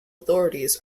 authorities